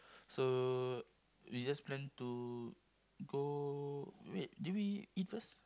so we just plan to go wait did we eat eat first